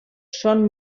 són